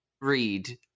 read